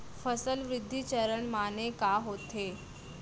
फसल वृद्धि चरण माने का होथे?